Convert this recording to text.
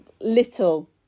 little